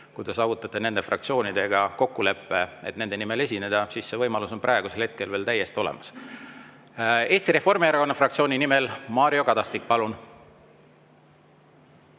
Kui te saavutate nende fraktsioonidega kokkuleppe, et te saate nende nimel esineda, siis on teil praegu see võimalus veel täiesti olemas. Eesti Reformierakonna fraktsiooni nimel Mario Kadastik, palun!